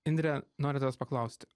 indre noriu tavęs paklausti